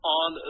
on